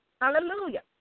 Hallelujah